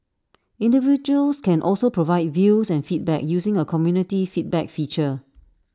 individuals can also provide views and feedback using A community feedback feature